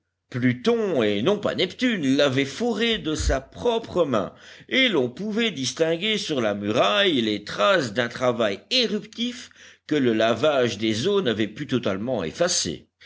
pluton et non pas neptune l'avait foré de sa propre main et l'on pouvait distinguer sur la muraille les traces d'un travail éruptif que le lavage des eaux n'avait pu totalement effacer